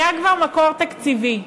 היה כבר מקור תקציבי,